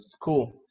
cool